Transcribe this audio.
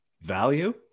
Value